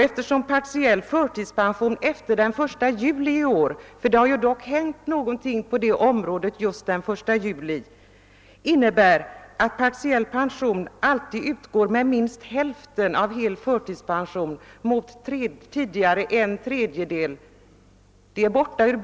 Efter den 1 juli i år, då nya bestämmelser trädde i kraft, gäller vidare att partiell pension alltid utgår med minst hälften av hel förtidspension mot tidigare en tredjedel av denna.